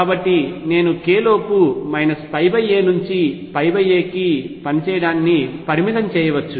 కాబట్టి నేను k లోపు a నుంచి a కి పని చేయడాన్ని పరిమితం చేయవచ్చు